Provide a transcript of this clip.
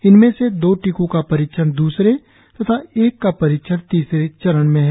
इनमें से दो टीकों का परीक्षण द्रसरे तथा एक का परीक्षण तीसरे चरण में है